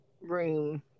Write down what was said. room